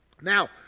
Now